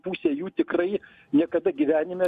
pusė jų tikrai niekada gyvenime